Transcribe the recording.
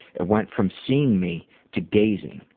it went from seeing me to gazing,